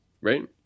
Right